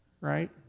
right